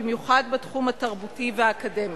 במיוחד בתחום התרבותי והאקדמי.